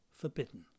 forbidden